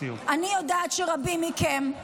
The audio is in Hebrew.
אני יודעת שרבים מכם,